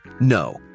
No